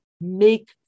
make